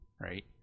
Right